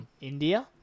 India